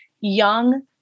young